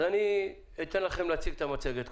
אז אתן לכם להציג את המצגת.